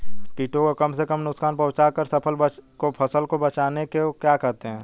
कीटों को कम से कम नुकसान पहुंचा कर फसल को बचाने को क्या कहते हैं?